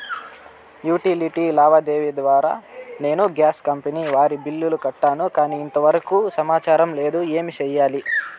Utility లావాదేవీల ద్వారా నేను గ్యాస్ కంపెని వారి బిల్లు కట్టాను కానీ ఇంతవరకు ఏమి సమాచారం లేదు, ఏమి సెయ్యాలి?